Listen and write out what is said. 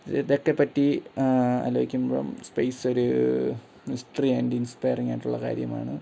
ഇതക്കെ പറ്റി ആലോച്ചിക്കുമ്പഴും സ്പേയ്സൊര് മിസ്റ്ററി ആൻഡ് ഇൻസ്പയറിങ്ങായിട്ടുള്ള കാര്യമാണ്